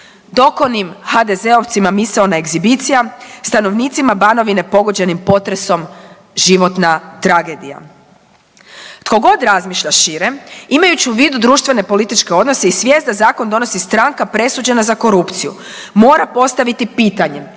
Dokonim HDZ-ovcima misaona ekshibicija, stanovnicima Banovine pogođenim potresom životna tragedija. Tko god razmišlja šire imaju u vidu društveno političke odnose i svijest da zakon donosi stranka presuđena za korupciju mora postaviti pitanje,